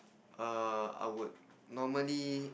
err I would normally